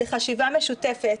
לחשיבה משותפת,